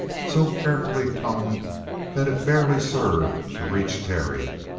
so carefully toned that it barely served to reach terry.